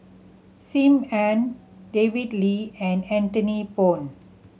Sim Ann David Lee and Anthony Poon